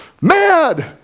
mad